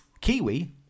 Kiwi